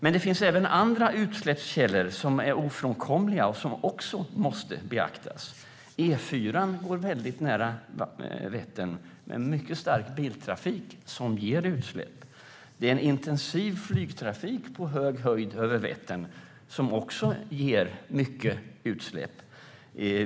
Men det finns även andra utsläppskällor som är ofrånkomliga och måste beaktas. Det sker en intensiv flygtrafik på hög höjd över Vättern, och den ger också stora utsläpp.